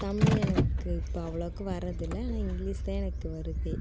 தமிழ் எனக்கு இப்போ அவ்வளோக்கு வர்றதில்லை ஆனால் இங்கிலிஷ் தான் எனக்கு வருதே